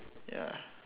ya